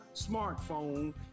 smartphone